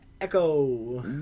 Echo